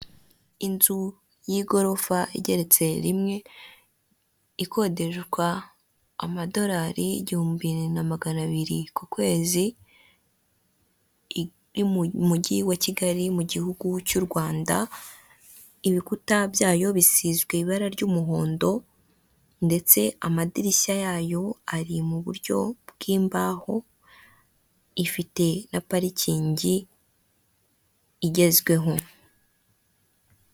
Inzu y'igorofa igeretse rimwe ikodeshwa amadolari igihumbi na magana abiri ku kwezi, iri mu mujyi wa Kigali mu gihugu cy'u Rwanda ibikuta byayo bisizwe ibara ry'umuhondo, ndetse amadirishya yayo ari mu buryo bw'imbaho ifite na parikingi igezweho.